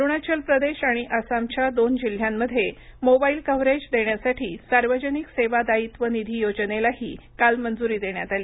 अरुणाचल प्रदेश आणि आसामच्या दोन जिल्ह्यांमध्ये मोबाइल कव्हरेज देण्यसाठी सार्वजनिक सेवा दायित्व निधी योजनेलाही काल मंजुरी देण्यात आली